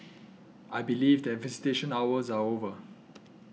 I believe that visitation hours are over